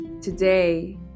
today